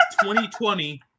2020